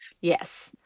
Yes